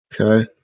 okay